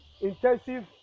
Intensive